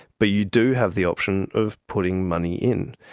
but you do have the option of putting money in.